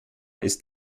ist